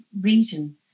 reason